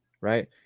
right